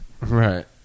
Right